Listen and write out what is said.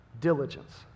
Diligence